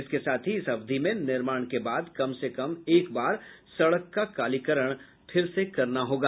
इसके साथ ही इस अवधि में निर्माण के बाद कम से कम एक बार सड़क का कालीकरण फिर से करना होगा